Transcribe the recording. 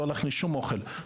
לא להכניס אוכל בכלל,